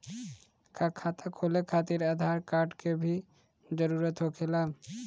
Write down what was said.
का खाता खोले खातिर आधार कार्ड के भी जरूरत होखेला?